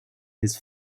his